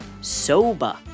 soba